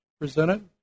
presented